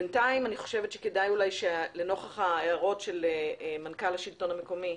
בינתיים אני חושבץ שנוכח ההערות של מנכ"ל השלטון המקומי,